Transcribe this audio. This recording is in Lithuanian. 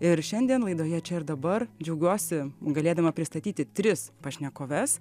ir šiandien laidoje čia ir dabar džiaugiuosi galėdama pristatyti tris pašnekoves